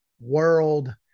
world